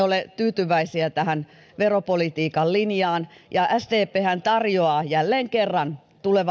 ole tyytyväisiä tähän veropolitiikan linjaan sdphän tarjoaa jälleen kerran